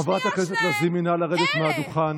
חברת הכנסת לזימי, נא לרדת מהדוכן.